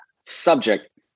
subject